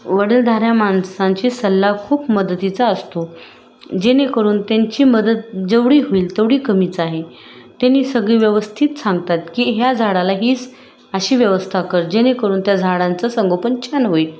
वडीलधाऱ्या माणसांची सल्ला खूप मदतीचा असतो जेणेकरून त्यांची मदत जेवढी होईल तेवढी कमीच आहे त्यांनी सगळी व्यवस्थित सांगतात की ह्या झाडाला हीच अशी व्यवस्था कर जेणेकरून त्या झाडांचं संगोपन छान होईल